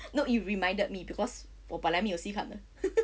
no you reminded me because 我本来没有戏看的